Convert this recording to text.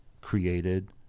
created